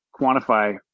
quantify